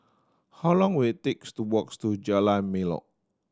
how long will it takes to walks to Jalan Melor